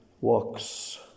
walks